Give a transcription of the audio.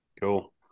Cool